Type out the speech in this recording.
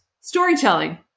Storytelling